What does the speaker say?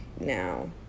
now